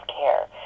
care